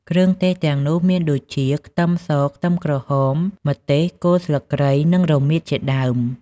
គ្រឿងទេសទាំងនោះមានដូចជា ខ្ទឹមស ខ្ទឹមក្រហម ម្ទេស គល់ស្លឹកគ្រៃ និងរមៀតជាដើម។